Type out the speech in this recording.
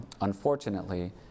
unfortunately